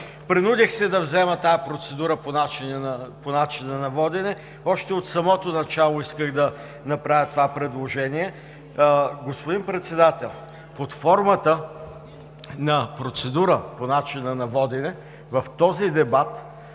Принудих се да взема тази процедура по начина на водене. Още от самото начало исках да направя това предложение. Господин Председател, под формата на процедура по начина на водене в този дебат